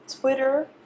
Twitter